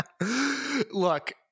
look